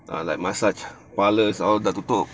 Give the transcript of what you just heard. ah like massage parlours all dah tutup